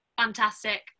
fantastic